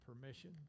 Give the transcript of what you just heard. permission